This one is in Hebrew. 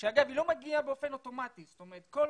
שאגב היא לא מגיעה באופן אוטומטי, זאת אומרת כל